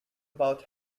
about